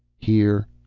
here,